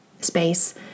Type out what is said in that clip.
space